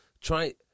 try